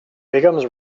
becomes